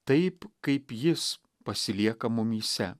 taip kaip jis pasilieka mumyse